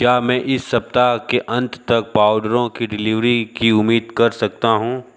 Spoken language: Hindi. क्या मैं इस सप्ताह के अंत तक पाउडरों की डिलिवरी की उम्मीद कर सकता हूँ